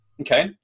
okay